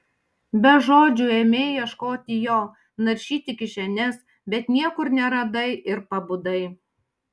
be žodžių ėmei ieškoti jo naršyti kišenes bet niekur neradai ir pabudai